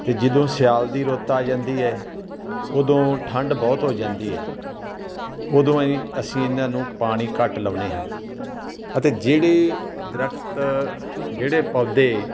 ਅਤੇ ਜਦੋਂ ਸਿਆਲ ਦੀ ਰੁੱਤ ਆ ਜਾਂਦੀ ਹੈ ਉਦੋਂ ਠੰਢ ਬਹੁਤ ਹੋ ਜਾਂਦੀ ਹੈ ਉਦੋਂ ਅਈ ਅਸੀਂ ਇਹਨਾਂ ਨੂੰ ਪਾਣੀ ਘੱਟ ਲਾਉਂਦੇ ਹਾਂ ਅਤੇ ਜਿਹੜੇ ਦਰਖਤ ਜਿਹੜੇ ਪੌਦੇ